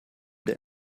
der